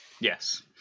Yes